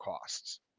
costs